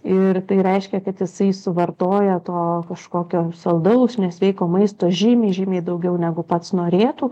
ir tai reiškia kad jisai suvartoja to kažkokio saldaus nesveiko maisto žymiai žymiai daugiau negu pats norėtų